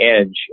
edge